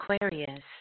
Aquarius